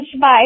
Bye